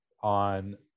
on